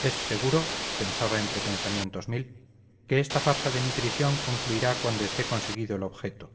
es seguro pensaba entre pensamientos mil que esta farsa de mi prisión concluirá cuando esté conseguido el objeto